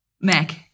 Mac